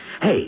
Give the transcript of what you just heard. Hey